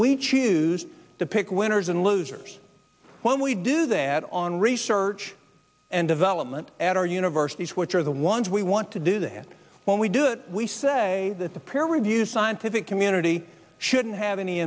we choose to pick winners and losers when we do that on research and development at our universities which are the ones we want to do that when we do it we say that the pair reviewed scientific community shouldn't have any